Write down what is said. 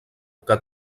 que